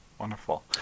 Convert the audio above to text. Wonderful